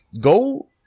go